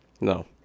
No